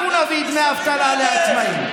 אנחנו נביא דמי אבטלה לעצמאים.